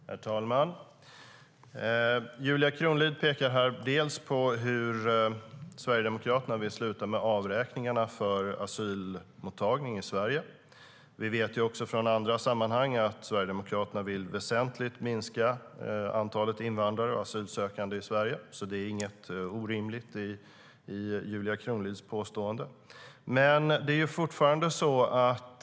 Herr talman! Julia Kronlid pekar på hur Sverigedemokraterna vill sluta med avräkningarna för asylmottagning i Sverige. Vi vet också från andra sammanhang att Sverigedemokraterna vill minska antalet invandrare och asylsökande i Sverige väsentligt. Julia Kronlids påstående är alltså inte orimligt.